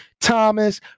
Thomas